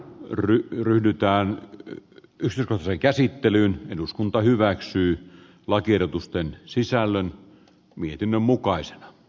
tri ryhdytään nyt pysyn rose käsittelyyn eduskunta hyväksyy lakiehdotusten sisällön mietinnön huolissamme